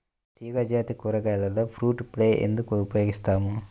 తీగజాతి కూరగాయలలో fruit fly ఎందుకు ఉపయోగిస్తాము?